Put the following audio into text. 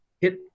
hit